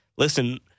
Listen